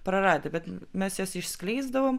praradę bet mes jas išskleisdavom